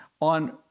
on